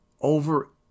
Over